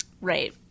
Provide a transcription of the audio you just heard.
Right